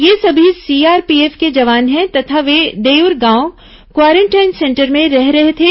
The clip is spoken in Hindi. ये सभी सीआरपीएफ के जवान हैं तथा वे देउरगांव क्वारेंटाइन सेंटर में रह रहे थे